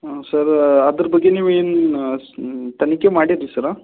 ಹಾಂ ಸರ್ ಅದ್ರ ಬಗ್ಗೆ ನೀವು ಏನು ನೀವು ತನಿಖೆ ಮಾಡಿದ್ರಿ ಸರ್